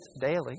daily